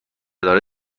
داره